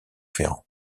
ferrand